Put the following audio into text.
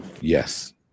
Yes